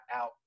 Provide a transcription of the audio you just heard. out